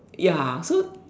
ya so